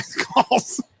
calls